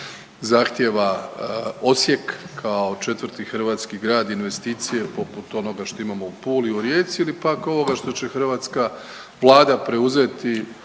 zahtjeva Osijek kao 4. hrvatski grad investicije poput onoga što imamo u Puli i u Rijeci ili pak ovoga što će hrvatska Vlada